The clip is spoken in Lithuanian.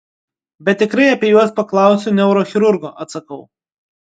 bet tikrai apie juos paklausiu neurochirurgo atsakau